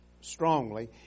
strongly